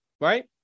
right